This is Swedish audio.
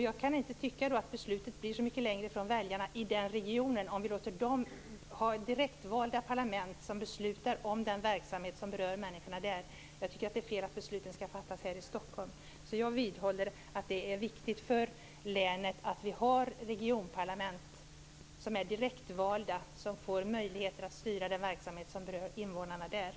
Jag kan inte tycka att besluten hamnar så mycket längre bort från väljarna om det finns ett direktvalt parlament som beslutar om den verksamhet som berör människorna i regionen. Jag tycker att det är fel att besluten fattas här i Stockholm. Jag vidhåller alltså att det är viktigt för länet att ha ett regionparlament som är direktvalt och som får möjligheter att styra den verksamhet som berör regionens invånare.